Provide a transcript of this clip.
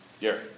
Gary